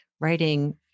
writing